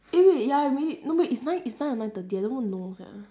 eh wait ya wait no wait it's nine it's nine or nine thirty I don't even know sia